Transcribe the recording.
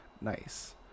nice